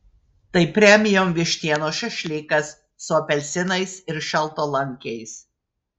tai premium vištienos šašlykas su apelsinais ir šaltalankiais